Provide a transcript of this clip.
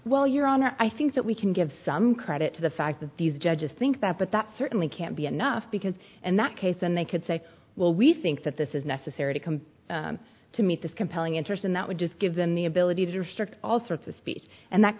well your honor i think that we can give some credit to the fact that these judges think that but that certainly can't be enough because and that case and they could say well we think that this is necessary to come to meet this compelling interest and that would just give them the ability to restrict all sorts of speech and that